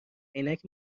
عینک